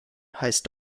heißt